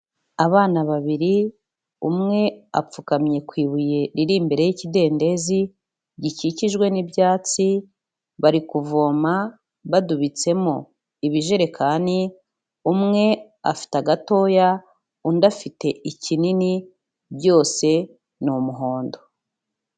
Abana babiri, umwe apfukamye ku ibuye riri imbere y'kidendezi gikikijwe n'ibyatsi, bari kuvoma badubitsemo ibijerekani, umwe afite agatoya, undi afite ikinini, byose ni umuhondo.